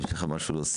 יש לך מה להוסיף,